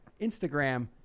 Instagram